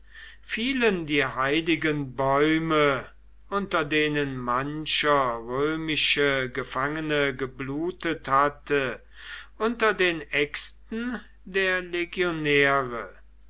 fielen die heiligen bäume unter denen mancher römische gefangene geblutet hatte unter den äxten der legionäre